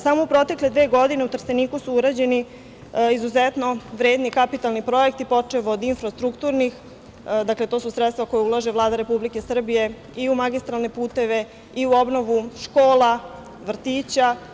Samo u protekle dve godine u Trsteniku su urađeni izuzetno vredni kapitalni projekti, počev od infrastrukturnih, dakle, to su sredstva koja ulaže Vlada Republike Srbije i u magistralne puteve i u obnovu škola, vrtića.